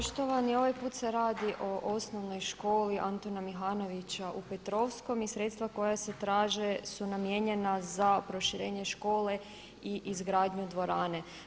Poštovani, ovaj put se radi o Osnovnoj školi Antuna Mihanovića u Petrovskom i sredstva koja se traže su namijenjena za proširenje škole i izgradnju dvorane.